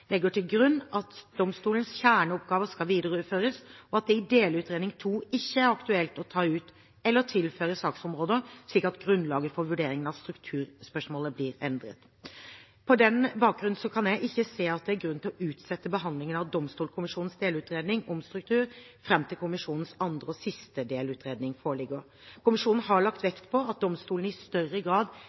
legger til grunn at «kjerneoppgavene vil bli videreført, og at det i delutredning II ikke er aktuelt å ta ut eller tilføre større saksområder slik at grunnlaget for vurderingene av strukturspørsmålet blir endret». På den bakgrunn kan jeg ikke se at det er grunn til å utsette behandlingen av Domstolkommisjonens delutredning om struktur fram til kommisjonens andre og siste delutredning foreligger. Kommisjonen har lagt vekt på at domstolene i større grad